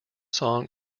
song